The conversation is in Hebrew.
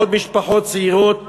מאות משפחות צעירות